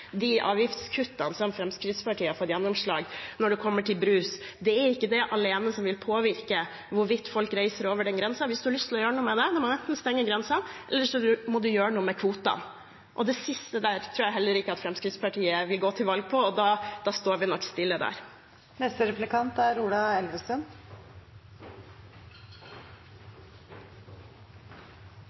Det er ikke det alene som vil påvirke hvorvidt folk reiser over den grensen. Hvis man har lyst til å gjøre noe med det, må man enten stenge grensen eller gjøre noe med kvoten. Det siste tror jeg heller ikke at Fremskrittspartiet vil gå til valg på, og da står vi nok stille der. SV vil styrke satsingen på det grønne skiftet ut av koronakrisen, og det er